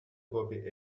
copy